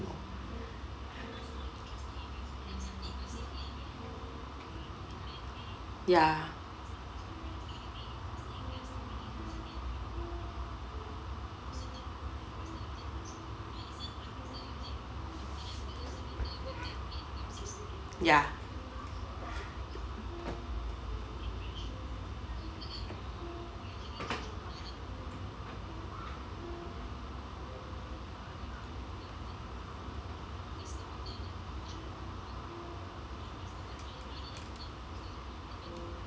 ya ya